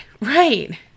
right